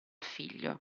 figlio